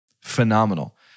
Phenomenal